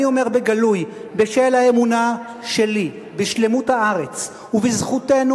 אני אומר בגלוי: בשל האמונה שלי בשלמות הארץ ובזכותם